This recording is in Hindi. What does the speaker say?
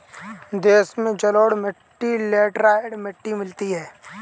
देश में जलोढ़ मिट्टी लेटराइट मिट्टी मिलती है